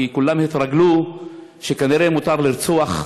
כי כולם התרגלו שכנראה מותר לרצוח,